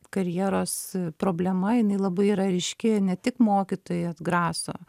karjeros problema jinai labai yra ryški ne tik mokytojai atgraso